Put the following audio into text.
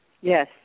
Yes